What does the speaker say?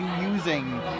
using